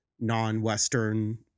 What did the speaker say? non-Western